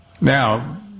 Now